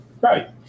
Right